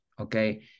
okay